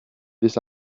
this